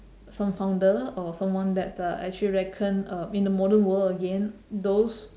some founder or someone that uh actually reckon uh in the modern world again those